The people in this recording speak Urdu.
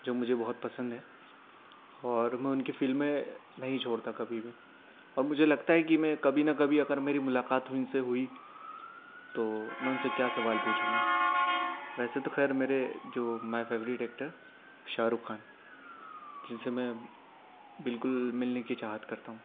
جو مجھے بہت پسند ہے اور میں ان کی فلمیں نہیں چھوڑتا کبھی بھی اور مجھے لگتا ہے کہ میں کبھی نہ کبھی اگر میری ملاقات ان سے ہوئی تو میں ان سے کیا سوال پوچھوں گا ویسے تو خیر میرے جو my favourite actor Shah Rukh Khan جن سے میں بالکل ملنے کی چاہت کرتا ہوں